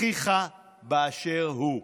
אחיך באשר הוא.